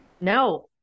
No